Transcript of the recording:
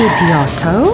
Idioto